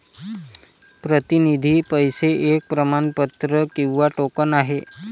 प्रतिनिधी पैसे एक प्रमाणपत्र किंवा टोकन आहे